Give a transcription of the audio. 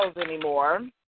anymore –